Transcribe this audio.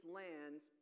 lands